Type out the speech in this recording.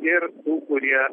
ir kurie